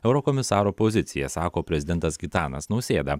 eurokomisaro pozicija sako prezidentas gitanas nausėda